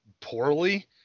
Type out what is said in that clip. poorly